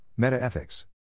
metaethics